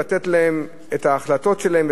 לתת להם את ההחלטות לגביהם,